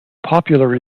popular